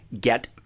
get